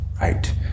right